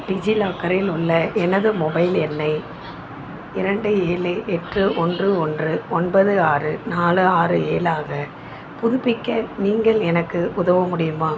டிஜிலாக்கரில் உள்ள எனது மொபைல் எண்ணை இரண்டு ஏழு எட்டு ஒன்று ஒன்று ஒன்பது ஆறு நாலு ஆறு ஏழாக புதுப்பிக்க நீங்கள் எனக்கு உதவ முடியுமா